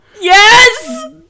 yes